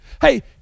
Hey